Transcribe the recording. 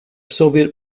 soviet